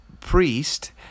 priest